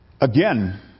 Again